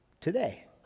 today